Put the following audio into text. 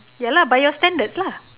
ya lah by your standards lah